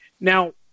Now